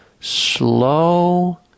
slow